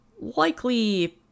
likely